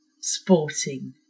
sporting